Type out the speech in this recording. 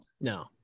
no